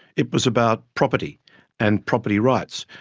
it was about property and property rights.